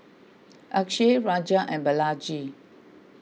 Akshay Raja and Balaji